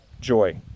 joy